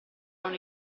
non